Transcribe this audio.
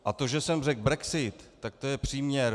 A to, že jsem řekl brexit, tak to je příměr.